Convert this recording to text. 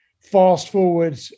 fast-forward